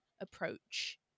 approach